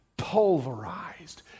pulverized